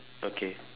okay